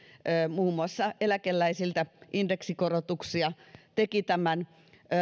muun muassa eläkeläisiltä indeksikorotuksia tekivät tämän